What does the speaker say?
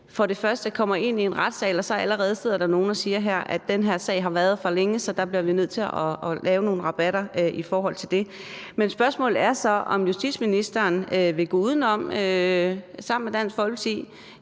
at man ikke kommer ind i en retssal og der så allerede sidder nogle, der siger, at den her sag har varet for længe, så der bliver man nødt til at lave nogle rabatter. Men spørgsmålet er så, om justitsministeren vil gå sammen med Dansk Folkeparti,